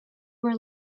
were